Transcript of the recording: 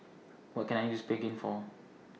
What Can I use Pregain For